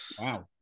wow